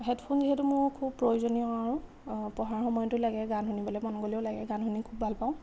headphone যিহেতু মোৰ খুব প্ৰয়োজনীয় আৰু পঢ়াৰ সময়তো লাগে গান শুনিবলৈ মন গ'লেও লাগে গান শুনি খুব ভাল পাওঁ